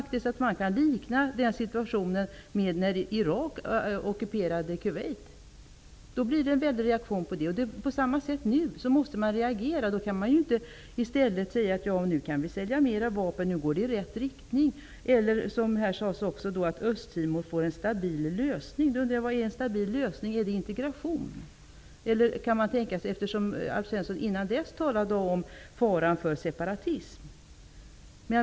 Situationen här kan faktiskt liknas med när Irak ockuperade Kuwait. Då blev det en stor reaktion. På samma sätt måste man reagera nu. Det är inte rätt att då säga att det går i rätt riktning därför att man kan sälja mer vapen. Det sades här även att Östtimor får en stabil lösning. Vad är en stabil lösning? Är det integration? Alf Svensson talade också om faran för separatism.